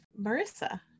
Marissa